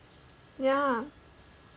ya